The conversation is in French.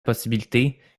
possibilités